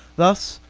thus,